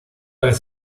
vez